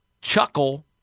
chuckle